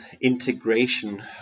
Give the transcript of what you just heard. integration